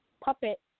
puppet